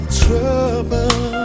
trouble